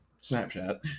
snapchat